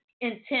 intent